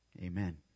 amen